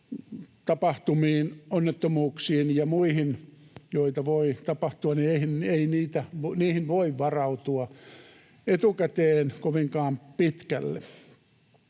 tapahtumiin, onnettomuuksiin ja muihin, joita voi tapahtua, ei voi varautua etukäteen kovinkaan pitkälle,